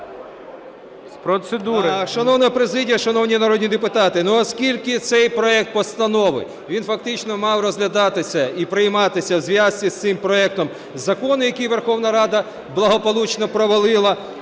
Шановна президія, шановні народні депутати, оскільки цей проект постанови, він фактично мав розглядатися і прийматися у зв'язці з цим проектом закону, який Верховна Рада благополучно провалила